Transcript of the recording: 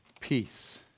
peace